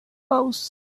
house